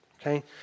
Okay